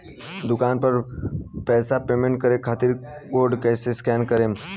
दूकान पर पैसा पेमेंट करे खातिर कोड कैसे स्कैन करेम?